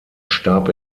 starb